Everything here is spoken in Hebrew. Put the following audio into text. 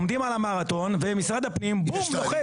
עומדים על המרתון ומשרד הפנים, "בום" לוחץ.